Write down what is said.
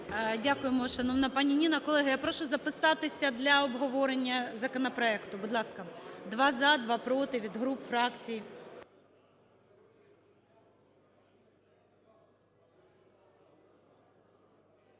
Дякуємо, шановна пані Ніна. Колеги, я прошу записатися для обговорення законопроекту. Будь ласка, два – за, два – проти, від груп, фракцій.